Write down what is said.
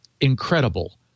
Incredible